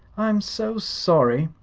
i'm so sorry!